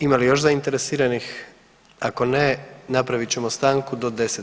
Ima li još zainteresiranih, ako ne napravit ćemo stanku do 10 sati.